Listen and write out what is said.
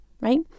right